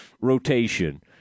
rotation